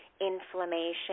inflammation